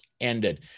ended